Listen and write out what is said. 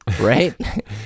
Right